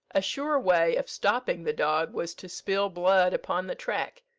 a sure way of stopping the dog was to spill blood upon the track,